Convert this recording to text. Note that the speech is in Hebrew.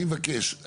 אני מבקש.